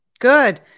good